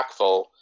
impactful